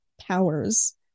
powers